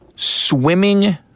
swimming